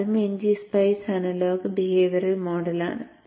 അതും ngSpice analogue behaviour model ആണ്